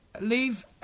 leave